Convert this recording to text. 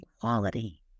quality